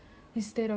you know